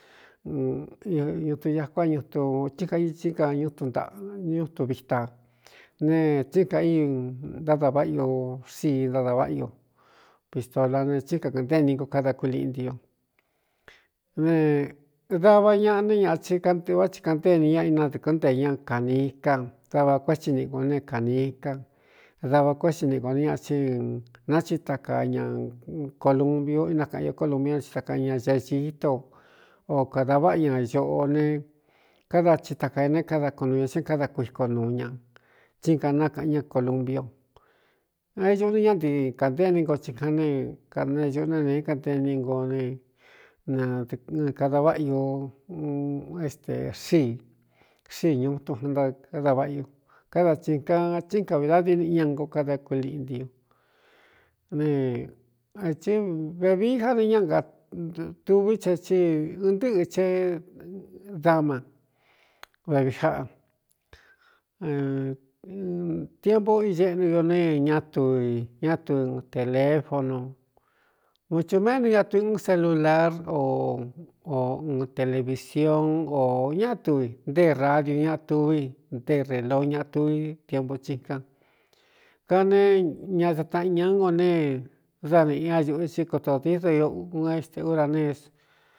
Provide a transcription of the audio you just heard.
Nutu akuá ñutu tsɨn ka ii tsíka ñnꞌ ñútunviítaa ne tsín ka ii ntáda váꞌa u sii ntádā váꞌa io pistola ne tsɨín kakɨꞌɨnténi ngo káda kuiliꞌntiu ne dava ñaꞌa ne ñaꞌvá tsi kaꞌnténi ña inadɨ̄kɨn nteē ña kānīi cá dava kuétsi niꞌ gō neé ckānīicán dava kuétsi ni nkō né ñaꞌa tsí nachi taka ña columbiu inakaꞌan o columbia n ti tkaꞌan ña gagíto o kādā váꞌa ña ñoꞌo ne káda tsi takaéne káda kun nu ñā téé káda kuiko nuu ña tsí kaꞌan nákaꞌan ña columbio éé ñuꞌu ne ñá ntɨɨ kānteni ngo tikaan ne kanee ñuꞌu ne neé kanteni ngo ne nedɨkɨ kada váꞌ ñu ēxíi kxíi ñu itun náɨda váꞌa o káda tikan tsín ka vi dadiíniꞌi ña ngo kada kuiliꞌntiu netí vevií já de ñáa tuví the ti ɨɨn ntɨ́ꞌɨ che dama vevií jáꞌatiempu ieꞌnu o nu ñatu ñátu tēlefonu muthūméꞌnu ñatu ūn celular o o un televisiun o ñatu ntée radiu ñaꞌ tuví ntéé relo ñaꞌa tuí tiempu tsikan kanee ñadataꞌan ñaɨ ngo ne dá nīꞌi ñañuꞌu tí koto diído ūn este uraneés.